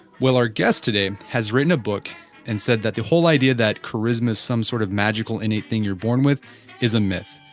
well our guest today has written a book and said that the whole idea that charisma is some sort of magical innate you're born with is a myth.